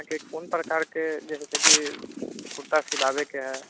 अहाँके कोन प्रकारके जे छै कि कुर्ता सिलाबैके हइ